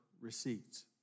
receipts